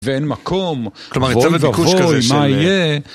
ואין מקום. כלומר, היצע וביקוש כזה ש... ובואי ובואי, מה יהיה?